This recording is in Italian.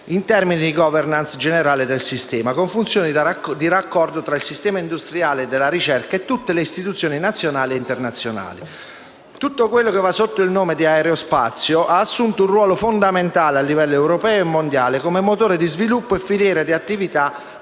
in termini di *governance* generale del sistema, con funzioni di raccordo tra il sistema industriale e della ricerca e tutte le istituzioni nazionali e internazionali. Tutto quello che va sotto il nome di aerospazio ha assunto un ruolo fondamentale a livello europeo e mondiale come motore di sviluppo e filiera di attività